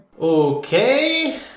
Okay